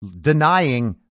denying